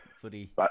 footy